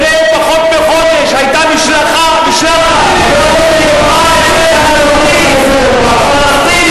לפני פחות מחודש היתה משלחת שביקרה אצל הנשיא הפלסטיני,